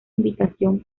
invitación